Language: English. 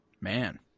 Man